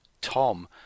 Tom